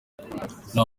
nta